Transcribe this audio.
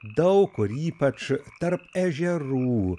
daug kur ypač tarp ežerų